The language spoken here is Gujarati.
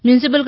મ્યુનિસીપલ